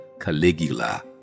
Caligula